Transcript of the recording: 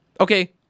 Okay